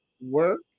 work